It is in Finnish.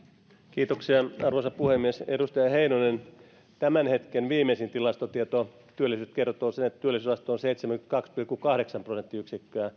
kiitoksia arvoisa puhemies edustaja heinonen tämän hetken viimeisin tilastotieto työllisyydestä kertoo sen että työllisyysaste on seitsemänkymmentäkaksi pilkku kahdeksan